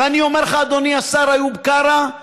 ואני אומר לך, אדוני השר איוב קרא: